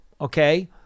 okay